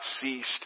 ceased